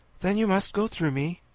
then you must go through me.